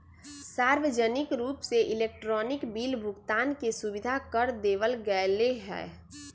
सार्वजनिक रूप से इलेक्ट्रॉनिक बिल भुगतान के सुविधा कर देवल गैले है